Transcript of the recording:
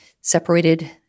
separated